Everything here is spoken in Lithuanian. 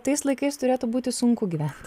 tais laikais turėtų būti sunku gyvent